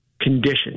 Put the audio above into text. condition